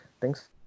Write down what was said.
Thanks